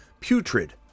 putrid